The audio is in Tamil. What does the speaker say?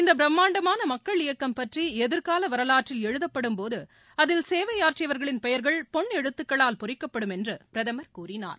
இந்த பிரம்மாண்டமான மக்கள் இயக்கம் பற்றி எதிர்கால வரலாற்றில் எழுதப்படும்போது அதில் சேவையாற்றியவர்களின் பெயர்கள் பொன்னெழுத்துக்களால் பொறிக்கப்படும் என்று பிரதமர் கூறினார்